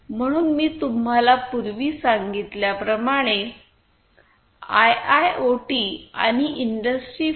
म्हणून मी तुम्हाला पूर्वी सांगितल्याप्रमाणे आयआयओटी आणि इंडस्ट्री 4